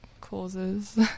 causes